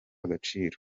agaciro